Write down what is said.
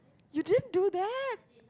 you didn't do that